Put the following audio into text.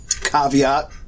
caveat